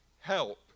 help